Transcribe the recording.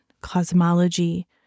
cosmology